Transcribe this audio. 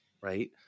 right